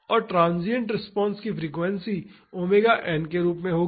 और transient response की frequency omega n के रूप में होगी